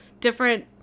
different